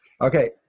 Okay